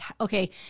okay